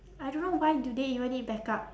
I don't know why do they even need backup